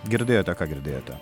girdėjote ką girdėjote